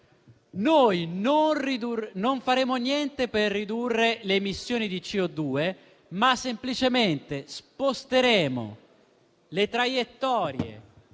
noi non faremo niente per ridurre le emissioni di CO2, ma semplicemente sposteremo le traiettorie